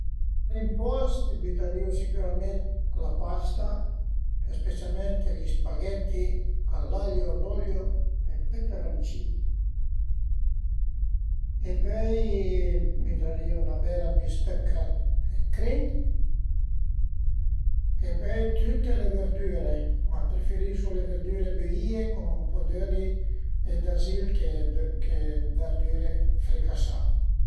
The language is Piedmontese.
Al prim post mi bütarìu sicürament la pasta e specialment gli spaghetti all'aglio, olio e peperoncino e pöi bütarìu 'na bela bistëcca d'crin e pöi tüte le verdüre, ma preferisu le verdüre büìe cun ën po d'öli e d'azil chë le verdüre fricasà